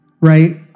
right